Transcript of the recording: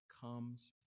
comes